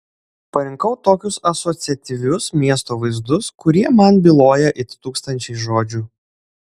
parinkau tokius asociatyvius miesto vaizdus kurie man byloja it tūkstančiai žodžių